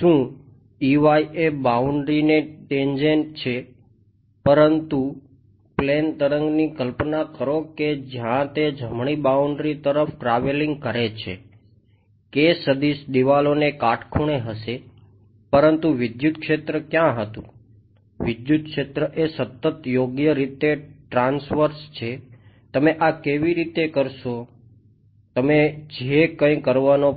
શું એ બાઉન્ડ્રી લાગુ કરવાનો